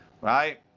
Right